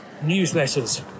newsletters